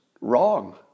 wrong